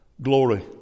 glory